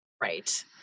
Right